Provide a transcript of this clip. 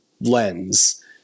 lens